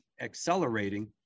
accelerating